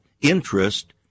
Interest